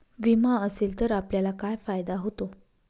विमा असेल तर आपल्याला काय फायदा होतो?